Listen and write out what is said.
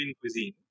cuisine